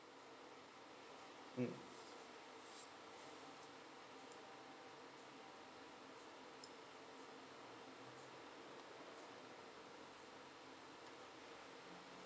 mm